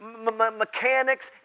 mechanics